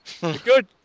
Good